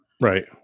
Right